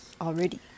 already